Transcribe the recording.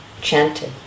chanted